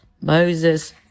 Moses